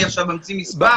אני עכשיו אמציא מספר?